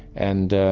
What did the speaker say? and